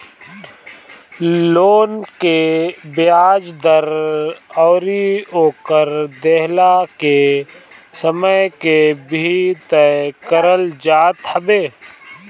loan के बियाज दर अउरी ओकर देहला के समय के भी तय करल जात हवे